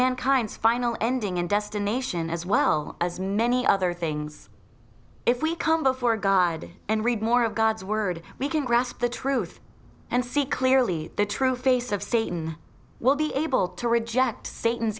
mankind's final ending and destination as well as many other things if we come before god and read more of god's word we can grasp the truth and see clearly the true face of satan will be able to reject satan